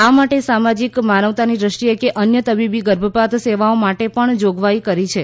આ માટે સામાજીક માનવતાની દ્રષ્ટિએ કે અન્ય તબીબી ગર્ભપાત સેવાઓ માટે પણ જોગવાઇ કરી છે